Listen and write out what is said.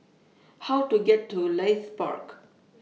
How Do I get to Leith Park